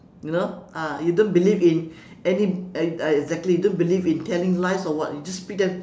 you know ah you don't believe in any exactly you don't believe in telling lies or what you just speak them